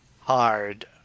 hard